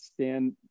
stand